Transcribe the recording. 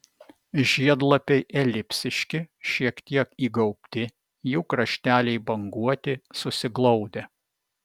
žiedlapiai elipsiški šiek tiek įgaubti jų krašteliai banguoti susiglaudę